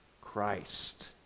Christ